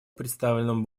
представленному